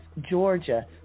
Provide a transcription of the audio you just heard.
Georgia